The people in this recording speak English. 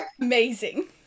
amazing